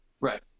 right